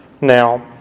Now